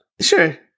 Sure